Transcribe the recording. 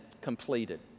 completed